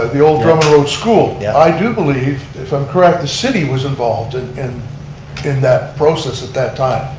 ah the old drummond road school, yeah i do believe, if i'm correct, the city was involved and in in that process at that time.